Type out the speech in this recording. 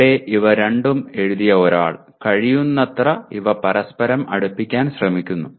ഇവിടെ ഇവ രണ്ടും എഴുതിയ ഒരാൾ കഴിയുന്നത്ര ഇവ പരസ്പരം അടുപ്പിക്കാൻ ശ്രമിക്കുന്നു